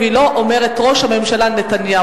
והיא לא אומרת ראש הממשלה נתניהו.